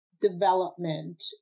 development